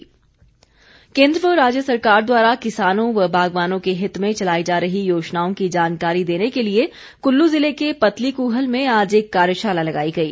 कार्यशाला केन्द्र व राज्य सरकार द्वारा किसानों व बागवानों के हित में चलाई जा रही योजनाओं की जानकारी देने के लिए कुल्लू ज़िले के पतलीकूहल में आज एक कार्यशाला लगाई गई